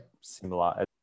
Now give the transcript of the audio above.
similar